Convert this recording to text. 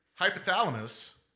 Hypothalamus